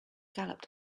galloped